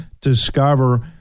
discover